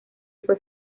fue